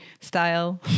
style